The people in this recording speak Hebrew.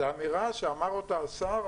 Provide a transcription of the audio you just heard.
זו אמירה שאמר אותה השר,